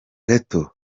gato